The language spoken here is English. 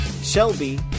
Shelby